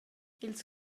ils